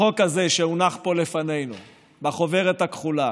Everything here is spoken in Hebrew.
החוק הזה שהונח פה לפנינו בחוברת הכחולה